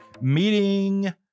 meeting